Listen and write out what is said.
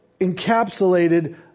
encapsulated